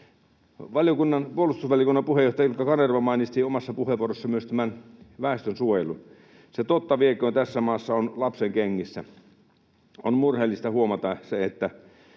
tulevaisuudessa. Puolustusvaliokunnan puheenjohtaja Ilkka Kanerva mainitsi omassa puheenvuorossaan myös tämän väestönsuojelun. Se totta vieköön tässä maassa on lapsenkengissä. On murheellista huomata, että